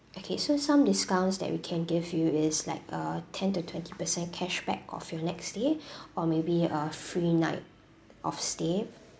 okay so some discounts that we can give you is like a ten to twenty percent cashback of your next stay or maybe a free night of stay